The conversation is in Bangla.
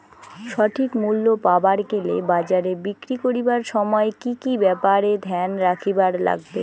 সঠিক মূল্য পাবার গেলে বাজারে বিক্রি করিবার সময় কি কি ব্যাপার এ ধ্যান রাখিবার লাগবে?